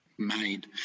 made